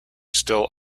still